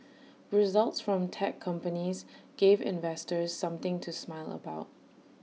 results from tech companies gave investors something to smile about